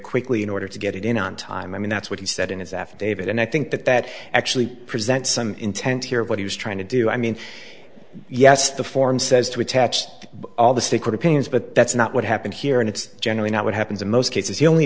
quickly in order to get it in on time i mean that's what he said in his affidavit and i think that that actually present some intent here of what he was trying to do i mean yes the form says to attach all the state court opinions but that's not what happened here and it's generally not what happens in most cases he only